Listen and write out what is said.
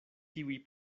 tiuj